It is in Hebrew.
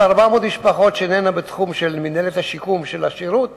400 המשפחות שאינן בתחום מינהל השיקום של השירות,